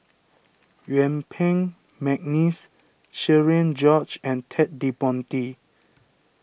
Yuen Peng McNeice Cherian George and Ted De Ponti